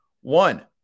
One